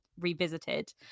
revisited